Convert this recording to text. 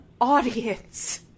audience